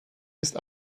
ist